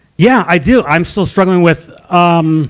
yeah, i do. i'm still struggling with, um